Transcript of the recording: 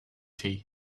tea